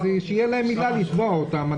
אז תהיה להם עילה לתבוע אותם.